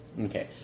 Okay